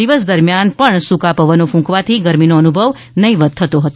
દિવસ દરમ્યાન પણ સૂકા પવનો ક્રંકવાથી ગરમીનો અનુભવ નહીંવત થતો હતો